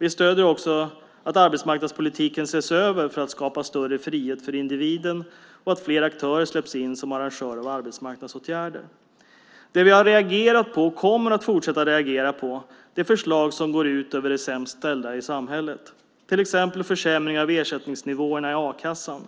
Vi stöder också att arbetsmarknadspolitiken ses över för att skapa större frihet för individen och att fler aktörer släpps in som arrangörer och arbetsmarknadsåtgärder. Det vi har reagerat på och kommer att fortsätta att reagera på är förslag som går ut över de sämst ställda i samhället, till exempel försämringar av ersättningsnivåerna i a-kassan.